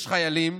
יש חיילים,